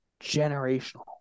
generational